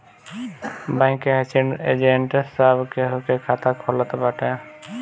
bank के agent सब केहू के खाता खोलत बाटे